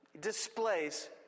displays